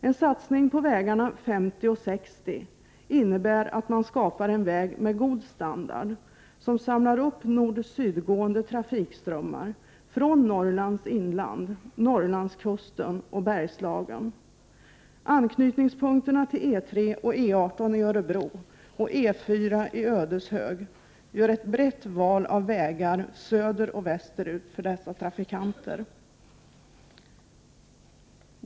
En satsning på vägarna 50 och 60 innebär att man skapar en väg med god standard och samlar upp nordsydgående trafikströmmar från Norrlands inland, Norrlandskusten och Bergslagen. Anknytningspunkterna till E 3 och E 18 i Örebro och E 4 i Ödeshög ger ett brett val av vägar söderoch västerut för dessa trafikanter.